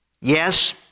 Yes